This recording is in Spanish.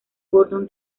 gordon